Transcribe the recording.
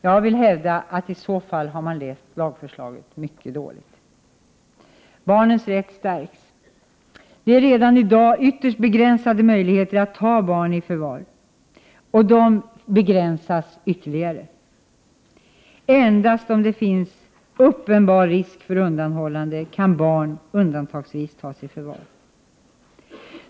Jag vill hävda att i så fall har man läst lagförslaget mycket dåligt. Barnens rätt stärks. De redan i dag ytterst begränsade möjligheterna att ta barn i förvar begränsas ytterligare. Endast om det finns uppenbar risk för undanhållande kan barn undantagsvis tas i förvar.